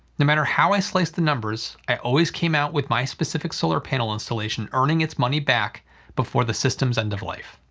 matter how i sliced the numbers, i always came out with my specific solar panel installation earning it's money back before the system's end of life.